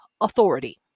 authority